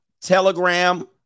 Telegram